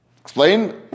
Explain